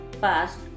past